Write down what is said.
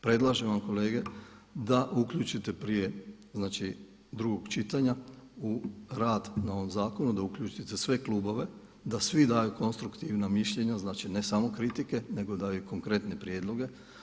Predlažem vam kolege da uključite prije znači drugog čitanja u rad na ovom zakonu da uključite sve klubove, da svi daju konstruktivna mišljenja, znači ne samo kritike nego daju i konkretne prijedloge.